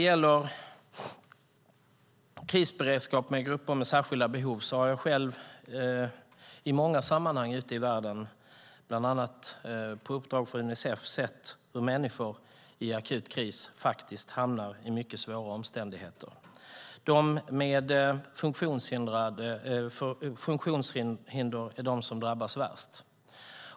Jag har själv i många sammanhang ute i världen, bland annat på uppdrag från Unicef, sett hur människor i akut kris hamnar i mycket svåra omständigheter. De med funktionshinder är de som drabbas värst.